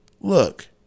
look